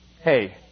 Hey